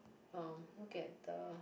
oh look at the